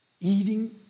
Eating